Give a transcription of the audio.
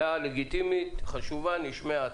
דעה לגיטימית, חשובה והיא נשמעה.